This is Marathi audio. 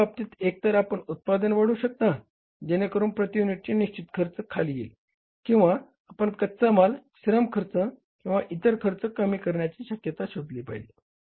तर त्या बाबतीत एकतर आपण उत्पादन वाढवू शकता जेणेकरून प्रति युनिटचे निश्चित खर्च खाली येईल किंवा आपण कच्चा माल श्रम खर्च किंवा इतर खर्च कमी करण्याची शक्यता शोधली पाहिजे